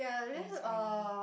and it's oily